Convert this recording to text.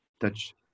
touch